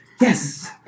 Yes